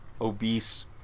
obese